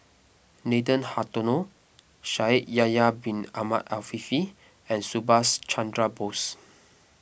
Nathan Hartono Shaikh Yahya Bin Ahmed Afifi and Subhas Chandra Bose